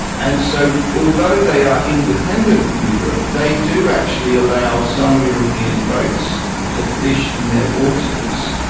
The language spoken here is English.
and so although they are independent from europe, they do actually allow some european boats to fish in their waters,